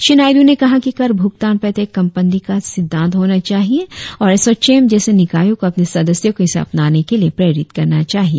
श्री नायडु ने कहा कि कर भुगतान प्रत्येक कंपनी का सिद्धांत होना चाहिए और एसोचैम जैसे निकायों को अपने सदस्यों को इसे अपनाने के लिए प्रेरित करना चाहिए